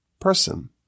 person